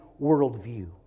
worldview